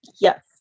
Yes